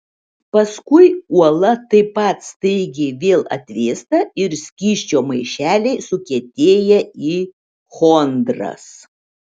paskui uola taip pat staigiai vėl atvėsta ir skysčio maišeliai sukietėja į chondras